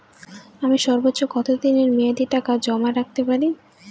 আমি সর্বোচ্চ কতদিনের মেয়াদে টাকা জমা রাখতে পারি?